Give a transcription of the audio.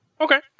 Okay